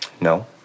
No